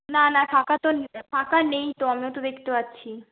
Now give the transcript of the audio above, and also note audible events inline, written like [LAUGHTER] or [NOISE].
না না ফাঁকা তো [UNINTELLIGIBLE] ফাঁকা নেই তো আমিও তো দেখতে পাচ্ছি